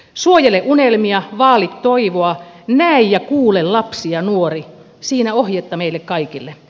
suojele unelmia vaali toivoa näe ja kuule lapsi ja nuori siinä ohjetta meille kaikille